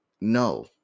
No